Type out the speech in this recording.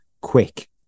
quick